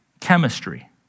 chemistry